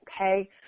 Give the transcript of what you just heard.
Okay